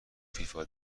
فیفا